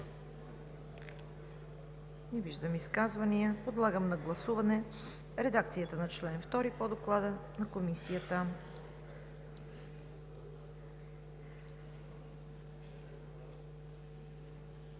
виждам изказвания. Подлагам на гласуване редакцията на чл. 2 по Доклада на Комисията.